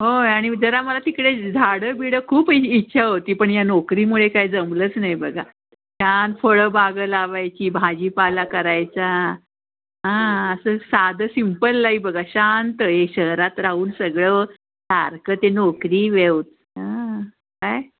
होय आणि जरा आम्हाला तिकडे झाडं बिडं खूप इ इच्छा होती पण या नोकरीमुळे काय जमलंच नाही बघा छान फळं बागं लावायची भाजीपाला करायचा हां असं साधं सिम्पल लाइफ बघा शांत हे शहरात राहून सगळं सारखं ते नोकरी व्यव हां काय